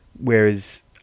Whereas